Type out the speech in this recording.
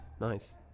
nice